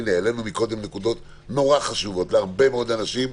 העלינו מקודם נקודות מאוד חשובות להרבה מאוד אנשים,